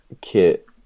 Kit